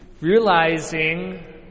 Realizing